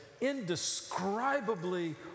indescribably